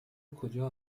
کجا